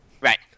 Right